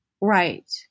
right